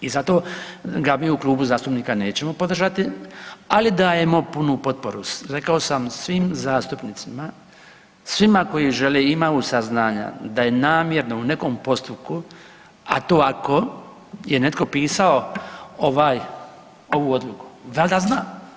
I zato ga mi u klubu zastupnika nećemo podržati, ali dajemo punu potporu rekao sam svim zastupnicima, svima koji žele i imaju saznanja da je namjerno u nekom postupku, a to ako je netko pisao ovaj, ovu odluku valjda zna.